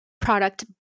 product